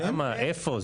כמה, איפה?